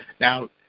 now